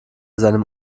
seinem